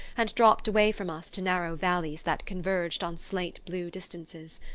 and dropped away from us to narrow valleys that converged on slate-blue distances.